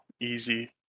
easy